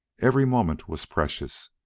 every moment was precious,